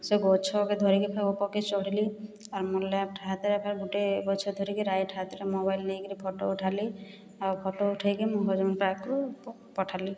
ସେ ଗଛକେ ଧରିକି ଫେର ଉପରକୁ ଚଢ଼ିଲି ଆର୍ ମୋର ଲେଫ୍ଟ ହାତରେ ଗୋଟିଏ ଗଛ ଧରିକି ରାଇଟ୍ ହାତରେ ମୋବାଇଲ ନେଇକରି ଫଟୋ ଉଠାଲି ଆଉ ଫଟୋ ଉଠାଇକି ମୁଁ ହଜବେଣ୍ଡ ପାଖକୁ ପଠାଲି